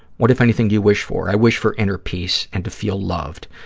what, if anything, do you wish for? i wish for inner peace and to feel loved.